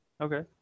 Okay